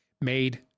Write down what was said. made